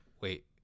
wait